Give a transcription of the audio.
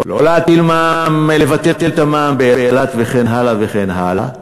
לא לבטל את המע"מ באילת וכן הלאה וכן האלה.